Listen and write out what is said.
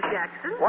Jackson